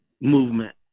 movement